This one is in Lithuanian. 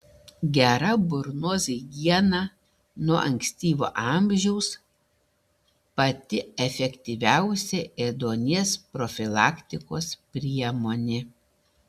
gera burnos higiena nuo ankstyvo amžiaus pati efektyviausia ėduonies profilaktikos priemonė